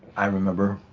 i remember.